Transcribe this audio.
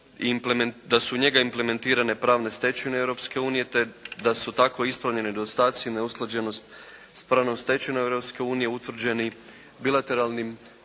da su u njega implementirane pravne stečevine Europske unije te da su tako ispravljeni nedostaci, neusklađenost s pravnom stečevinom Europske unije utvrđeni bilateralnim pregledom